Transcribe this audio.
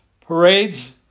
parades